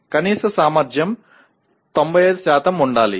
కనీస సామర్థ్యం 95 ఉండాలి